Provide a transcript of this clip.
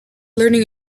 learning